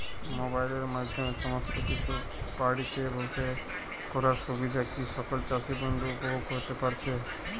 মোবাইলের মাধ্যমে সমস্ত কিছু বাড়িতে বসে করার সুবিধা কি সকল চাষী বন্ধু উপভোগ করতে পারছে?